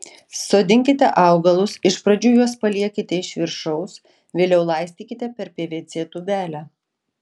sodinkite augalus iš pradžių juos paliekite iš viršaus vėliau laistykite per pvc tūbelę